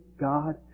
God